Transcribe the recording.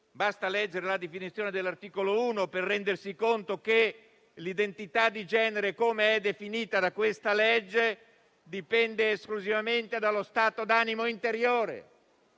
basta leggere infatti la definizione dell'articolo 1 per rendersi conto che l'identità di genere, com'è definita dalla legge, dipende esclusivamente dallo stato d'animo interiore